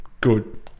good